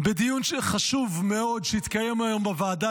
בדיון חשוב מאוד שהתקיים היום בוועדה